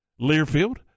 Learfield